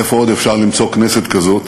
איפה עוד אפשר למצוא כנסת כזאת